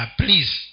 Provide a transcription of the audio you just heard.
please